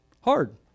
hard